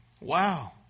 Wow